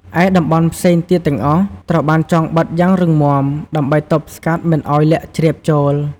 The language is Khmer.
ឯតំបន់ផ្សេងទៀតទាំងអស់ ត្រូវបានចងបិទយ៉ាងរឹងមាំ ដើម្បីទប់ស្កាត់មិនឱ្យល័ក្តជ្រាបចូល។